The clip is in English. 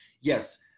yes